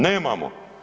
Nemamo.